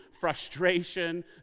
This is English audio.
frustration